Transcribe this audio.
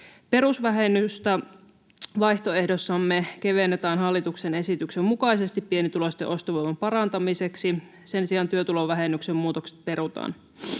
Perusvähennystä vaihtoehdossamme kevennetään hallituksen esityksen mukaisesti pienituloisten ostovoiman parantamiseksi. Sen sijaan työtulovähennyksen muutokset perutaan.